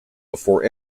before